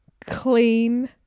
clean